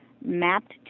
mapped